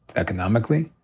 economically.